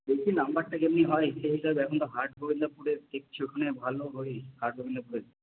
দেখি নম্বরটা কেমনি হয় সেই হিসাবে এখন তো হাটগোবিন্দপুরে দেখছি ওখানে ভালো হয় হাটগোবিন্দপুরের